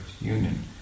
union